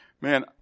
Man